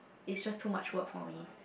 is just too much work for me